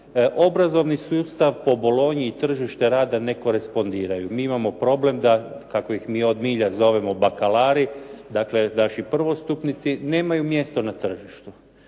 Obrazovni sustav po Bolonji i tržište rada ne korespondiraju. Mi imamo problem da, kako ih mi od milja zovemo, bakalari dakle naši prvostupnici nemaju mjesto na tržištu.